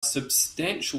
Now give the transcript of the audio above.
substantial